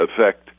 affect